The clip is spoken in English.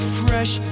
fresh